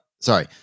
sorry